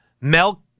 Mel